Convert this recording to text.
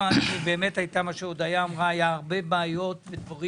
כמו שהודיה אמרה היו הרבה בעיות בדברים